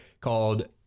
called